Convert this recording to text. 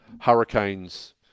Hurricanes